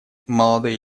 молодые